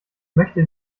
möchte